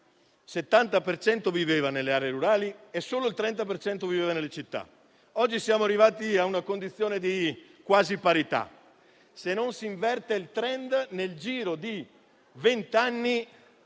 cento viveva nelle aree rurali e solo il 30 per cento viveva nelle città. Oggi siamo arrivati a una condizione di quasi parità. Se non si inverte il *trend*, nel giro di vent'anni